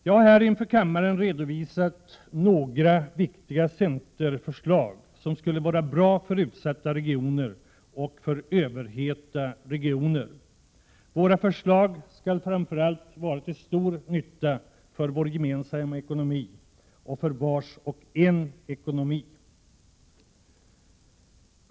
Jag har här inför kammaren redovisat några viktiga centerförslag som skulle vara bra för utsatta regioner och för överhettade regioner. Våra förslag skall framför allt vara till stor nytta för vår gemensamma ekonomi och för vars och ens ekonomi.